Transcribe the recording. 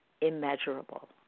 immeasurable